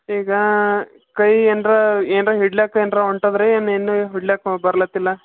ಈಗ ಕೈ ಏನಾರ ಏನಾರ ಹಿಡಿಲಾಕ್ಕ ಏನಾರ ಹೊಂಟಿದ್ರಿ ಏನು ಇನ್ನು ಹಿಡಿಲಾಕ್ಕ ಬರ್ಲಾತಿಲ್ಲ